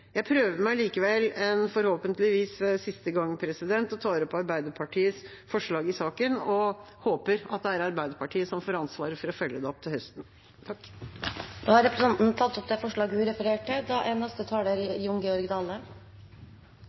Jeg prøver meg likevel en forhåpentligvis siste gang og tar opp Arbeiderpartiets forslag i saken, og jeg håper at det er Arbeiderpartiet som får ansvaret for å følge det opp til høsten. Representanten Lise Christoffersen har tatt opp det forslaget hun refererte til. I Stortinget er